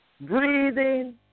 Breathing